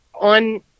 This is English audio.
on